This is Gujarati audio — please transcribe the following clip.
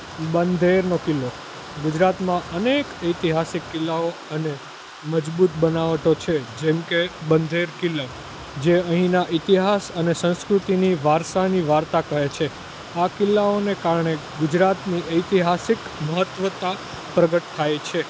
બંધેરનો કિલ્લો ગુજરાતમાં અનેક ઐતિહાસિક કિલ્લાઓ અને મજબૂત બનાવટો છે જેમકે બંધેર કિલ્લો જે અહીંના ઇતિહાસ અને સંસ્કૃતિની વારસાની વાર્તા કહે છે આ કિલ્લાઓને કારણે ગુજરાતની ઐતિહાસિક મહત્વતા પ્રગટ થાય છે